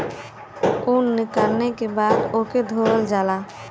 ऊन निकलले के बाद ओके धोवल जाला